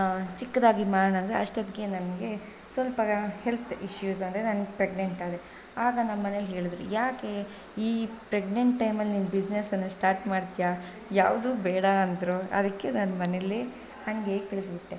ಚಿಕ್ಕದಾಗಿ ಮಾಡೋಣ ಅಂದರೆ ಅಷ್ಟೊತ್ತಿಗೆ ನನಗೆ ಸ್ವಲ್ಪ ಹೆಲ್ತ್ ಇಶ್ಯೂಸಂದರೆ ನಾನು ಪ್ರೆಗ್ನೆಂಟಾದೆ ಆಗ ನಮ್ಮಮನೆಯಲ್ಲಿ ಹೇಳಿದ್ರು ಯಾಕೆ ಈ ಪ್ರೆಗ್ನೆಂಟ್ ಟೈಮಲ್ಲಿ ನೀನು ಬಿಸ್ನೆಸ್ಸನ್ನು ಸ್ಟಾರ್ಟ್ ಮಾಡ್ತೀಯ ಯಾವುದು ಬೇಡ ಅಂದರು ಅದಕ್ಕೆ ನಾನು ಮನೆಯಲ್ಲಿ ಹಂಗೆ ಕಳೆದು ಬಿಟ್ಟೆ